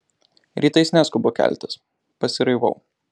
rytais neskubu keltis pasiraivau